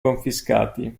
confiscati